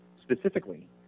specifically